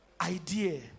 idea